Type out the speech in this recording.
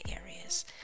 areas